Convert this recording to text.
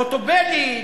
חוטובלי,